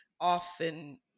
often